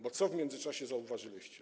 Bo co w międzyczasie zauważyliście?